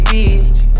Beach